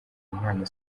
impano